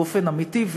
באופן אמיתי,